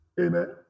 Amen